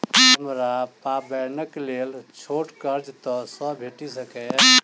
हमरा पाबैनक लेल छोट कर्ज कतऽ सँ भेटि सकैये?